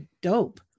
dope